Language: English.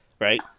Right